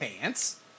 pants